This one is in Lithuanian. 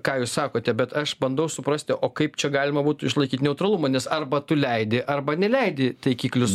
ką jūs sakote bet aš bandau suprasti o kaip čia galima būtų išlaikyt neutralumą nes arba tu leidi arba neleidi taikiklius